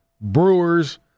Brewers